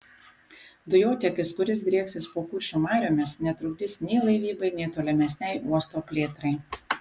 dujotiekis kuris drieksis po kuršių mariomis netrukdys nei laivybai nei tolimesnei uosto plėtrai